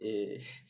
ya